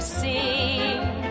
sing